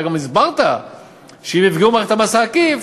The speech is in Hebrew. אתה גם הסברת שאם יפגעו במערכת המס העקיף,